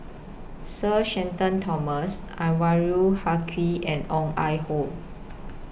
Sir Shenton Thomas Anwarul Haque and Ong Ah Hoi